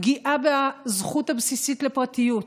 פגיעה בזכות הבסיסית לפרטיות,